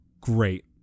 great